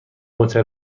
هتل